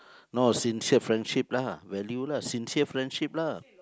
no sincere friendship lah value lah sincere friendship lah